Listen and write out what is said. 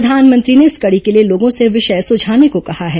प्रधानमंत्री ने इस कड़ी के लिए लोगों से विषय सुझाने को कहा है